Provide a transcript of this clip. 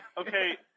Okay